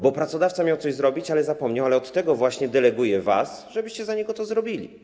Bo pracodawca miał coś zrobić, ale zapomniał, ale do tego właśnie was deleguje, żebyście za niego to zrobili.